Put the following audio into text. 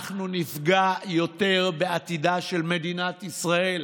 אנחנו נפגע יותר בעתידה של מדינת ישראל,